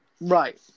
Right